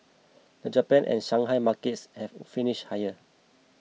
the Japan and Shanghai markets have finished higher